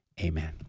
Amen